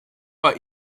war